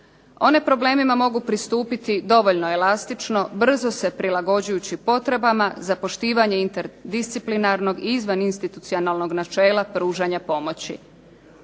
One problemima mogu pristupiti dovoljno elastično brzo se prilagođujući potrebama za poštivanje interdisciplinarnog i izvan institucionalnog načela pružanja pomoći.